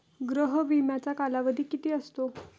गृह विम्याचा कालावधी किती असतो?